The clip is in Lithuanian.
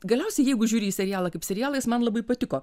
galiausiai jeigu žiūri į serialą kaip serialą jis man labai patiko